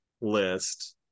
list